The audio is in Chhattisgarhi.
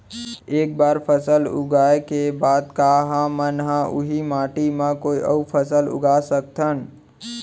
एक बार फसल उगाए के बाद का हमन ह, उही माटी मा कोई अऊ फसल उगा सकथन?